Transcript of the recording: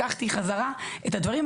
לקחתי חזרה את הדברים,